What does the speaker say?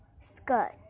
skirt